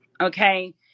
okay